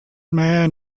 man